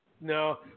no